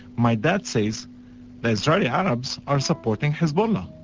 my dad says the israeli arabs are supporting hezbollah.